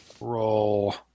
roll